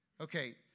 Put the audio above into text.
Okay